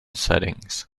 settings